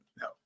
No